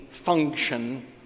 function